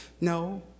no